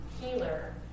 Healer